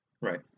right